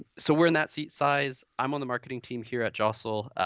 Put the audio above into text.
so, we're in that seat size, i'm on the marketing team here at jostle.